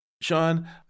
Sean